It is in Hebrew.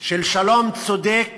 של שלום צודק